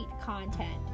content